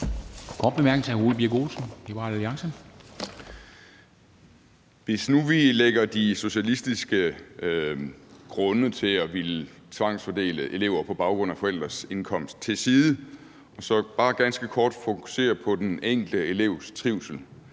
Hvis nu vi lægger de socialistiske grunde til at ville tvangsfordele elever på baggrund af forældres indkomst til side og så bare ganske kort fokuserer på den enkelte elevs trivsel,